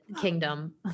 kingdom